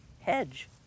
hedge